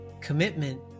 commitment